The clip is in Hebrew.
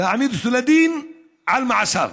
להעמיד אותו לדין על מעשיו.